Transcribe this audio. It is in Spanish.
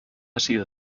sido